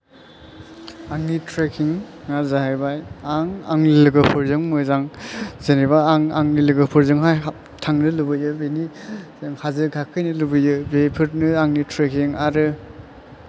आंनि ट्रेकिं आ जाहैबाय आं आंनि लोगोफोरजों मोजां जेनोबा आं आंनि लोगोफोरजोंहाय थांनो लुबैयो बेनि हाजो गाखोहैनो लुबैयो बेफोरनो आंनि ट्रेकिं आरो